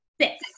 Six